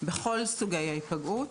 בכל סוגי ההיפגעות,